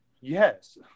yes